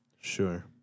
Sure